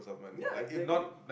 ya exactly